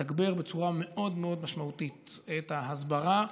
נתגבר בצורה מאוד מאוד משמעותית את ההסברה.